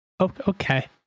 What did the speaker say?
okay